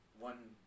one